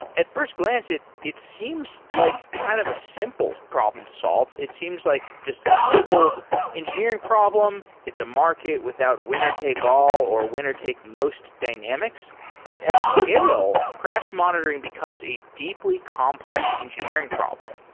at first glance, it it seems like kind of a simple problem to solve. it seems like just a simple engineering problem. it's a market without winner take all or winner take most dynamics. but at scale, crash monitoring becomes a deeply complex engineering problem.